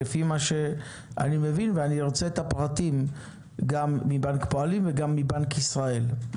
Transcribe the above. לפי מה שאני מבין ואני ארצה את הפרטים גם מבנק הפועלים וגם מבנק ישראל.